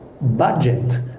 budget